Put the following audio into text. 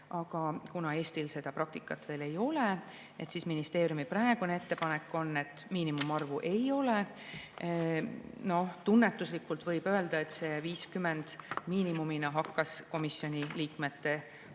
aga kuna Eestil seda praktikat veel ei ole, siis on ministeeriumi praegune ettepanek, et miinimumarvu ei ole. Tunnetuslikult võib öelda, et see 50 miinimumina hakkas komisjoni liikmete hulgas